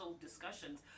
discussions